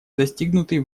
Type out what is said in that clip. достигнутый